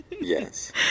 Yes